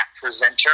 presenter